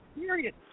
Period